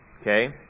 Okay